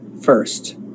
first